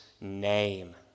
name